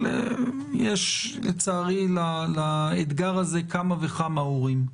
יש לצערי לאתגר הזה כמה וכמה הורים.